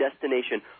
destination